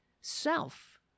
self